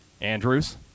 Andrews